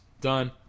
done